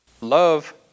Love